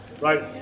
Right